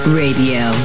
radio